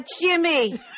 Jimmy